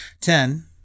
Ten